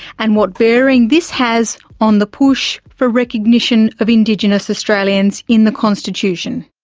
and what bearing this has on the push for recognition of indigenous australians in the constitution.